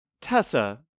Tessa